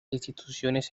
instituciones